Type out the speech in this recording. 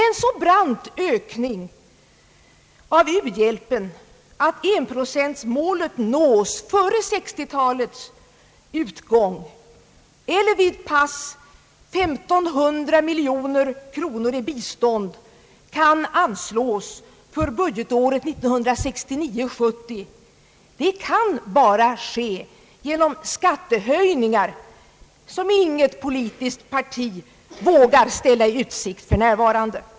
En så brant ökning av u-hjälpen att enprocentmålet nås före 1960-talets utgång så att vid pass 1500 miljoner kronor i bistånd skulle anslås för budgetåret 1969/70, kan bara ske genom skattehöjningar som inget politiskt parti vågar ställa i utsikt för närvarande.